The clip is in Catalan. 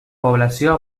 població